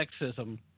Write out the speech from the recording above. sexism